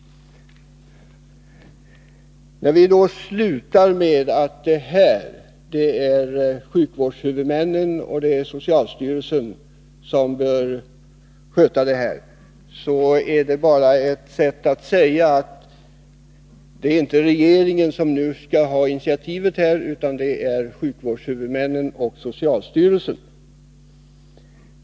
Vi framhåller där att sjukvårdshuvudmännen och socialstyrelsen bör sköta detta. Det är ett sätt att säga att det inte är regeringen som skall ta initiativ utan sjukvårdshuvudmännen och socialstyrelsen.